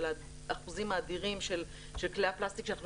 על האחוזים האדירים של כלי הפלסטיק שאנחנו